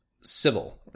civil